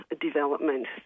development